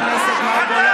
הפסדתם.